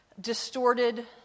Distorted